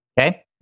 Okay